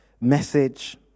message